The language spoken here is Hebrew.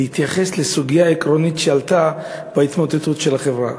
להתייחס לסוגיה עקרונית שעלתה עקב ההתמוטטות של החברה.